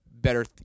better